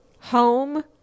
home